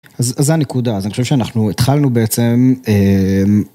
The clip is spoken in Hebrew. אז זה הנקודה, אז אני חושב שאנחנו התחלנו בעצם.